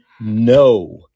no